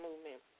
movement